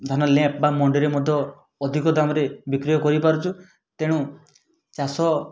ଧାନ ଲେପ ବା ମଣ୍ଡିରେ ମଧ୍ୟ ଅଧିକ ଦାମରେ ବିକ୍ରୟ କରିପାରୁଛୁ ତେଣୁ ଚାଷ